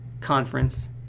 conference